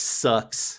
sucks